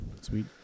Sweet